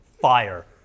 fire